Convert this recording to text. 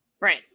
Right